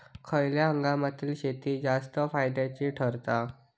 खयल्या हंगामातली शेती जास्त फायद्याची ठरता?